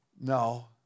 No